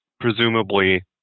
presumably